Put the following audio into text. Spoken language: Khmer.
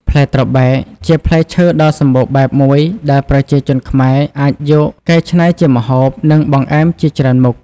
ផ្លែត្របែក ជាផ្លែឈើដ៏សម្បូរបែបមួយដែលប្រជាជនខ្មែរអាចយកកែច្នៃជាម្ហូប និងបង្អែមជាច្រើនមុខ។